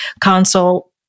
consult